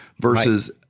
versus